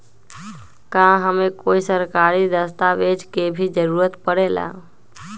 का हमे कोई सरकारी दस्तावेज के भी जरूरत परे ला?